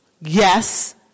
yes